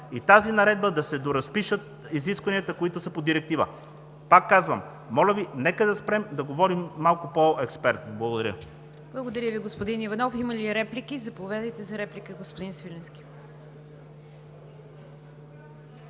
в тази наредба да се доразпишат изискванията, които са по директива. Пак казвам: моля Ви, нека да спрем. Да говорим малко по-експертно. Благодаря. ПРЕДСЕДАТЕЛ НИГЯР ДЖАФЕР: Благодаря Ви, господин Иванов. Има ли реплики? Заповядайте за реплика, господин Свиленски.